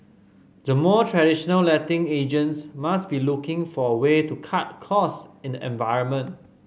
the more traditional letting agents must be looking for a way to cut costs in the environment